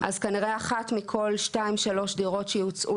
אחד מחברי הכנסת הנמרצים והכישרוניים